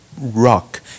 rock